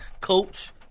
Coach